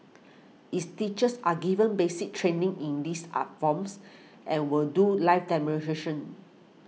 its teachers are given basic training in these art forms and will do live